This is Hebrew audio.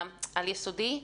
לעל-יסודי.